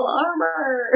armor